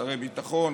שרי ביטחון,